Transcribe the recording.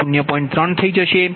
3 થઈ જશે